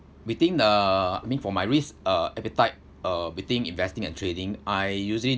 within the I mean for my risk uh appetite uh between investing and trading I usually